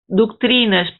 doctrines